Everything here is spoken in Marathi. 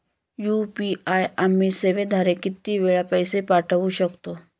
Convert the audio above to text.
यू.पी.आय आम्ही सेवेद्वारे किती वेळा पैसे पाठवू शकतो?